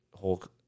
Hulk